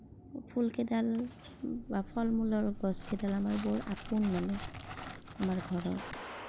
ফুল কেইডাল বা ফলমূলৰ গছকেইডাল আমাৰ বৰ আপোন মানে আমাৰ ঘৰৰ